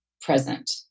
present